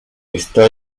está